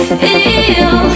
feel